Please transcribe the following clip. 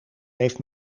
heeft